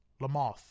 Lamoth